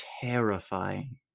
terrifying